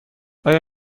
آیا